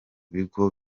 bigo